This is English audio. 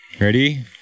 Ready